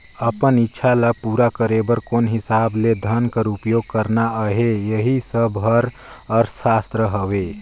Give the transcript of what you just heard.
अपन इक्छा ल पूरा करे बर कोन हिसाब ले धन कर उपयोग करना अहे एही सब हर अर्थसास्त्र हवे